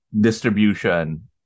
distribution